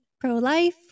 pro-life